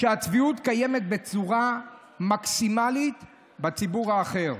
שהצביעות קיימת בצורה מקסימלית בציבור האחר.